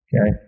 Okay